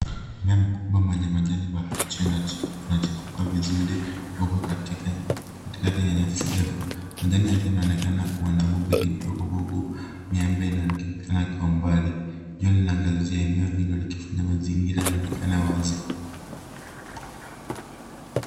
Mmea mkubwa wenye majani mabichi unachipuka vizuri huku katikati ya nyasi ndefu. Majani yake yanaonekana kuwa na vumbi kidogo huku miamba inaonekana mbali. Jua linang'azia eneo hilo likifanya mazingira yaonekane wazi.